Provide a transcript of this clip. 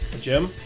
Jim